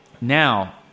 Now